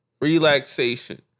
relaxation